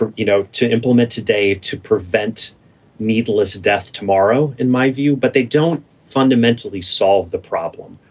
ah you know, to implement today, to prevent needless death tomorrow, in my view. but they don't fundamentally solve the problem.